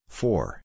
four